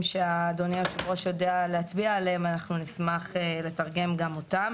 שאדוני היו"ר יודע להצביע עליהם אנחנו נשמח לתרגם גם אותם.